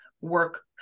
work